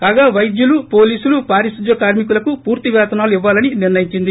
కాగా వైద్యులు పోలీసులు పారిశుద్ద్వ కార్మికులకు పూర్తి పేతనాలు ఇవ్వాలని నిర్ణయించింది